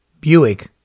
Buick